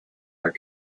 are